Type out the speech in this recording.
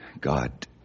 God